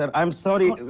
um i'm sorry,